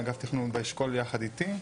אגף תכנון באשכול יחד איתי,